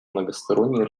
многосторонней